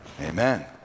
amen